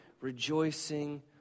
Rejoicing